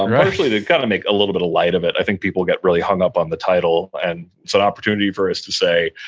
and partially to kind of make a little bit of light of it. i think people get really hung up on the title, and it's an opportunity for us to say,